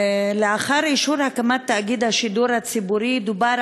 לאחר אישור הקמת תאגיד השידור הציבורי דובר